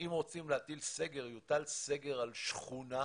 שאם רוצים להטיל סגר יוטל סגר על שכונה,